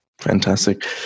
Fantastic